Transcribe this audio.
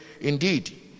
indeed